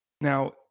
Now